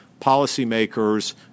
policymakers